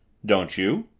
don't you?